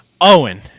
Owen